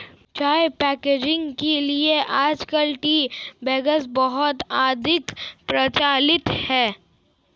चाय पैकेजिंग के लिए आजकल टी बैग्स बहुत अधिक प्रचलित है